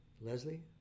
Leslie